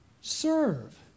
Serve